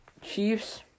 Chiefs